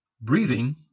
Breathing